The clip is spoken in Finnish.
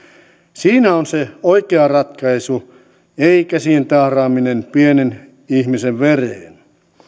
siinä on se oikea ratkaisu ei käsien tahraaminen pienen ihmisen vereen